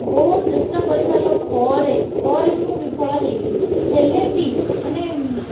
ବହୁତ ଚେଷ୍ଟା କରିସାରିଲା ପରେ ପରେ ବି ମୁଁ ବିଫଳ ହେଲି ହେଲେବି ମାନେ